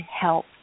help